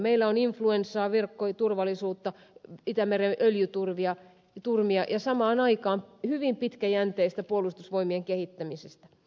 meillä on influenssaa verkkoturvallisuutta itämeren öljyturmia ja samaan aikaan hyvin pitkäjänteistä puolustusvoimien kehittämistä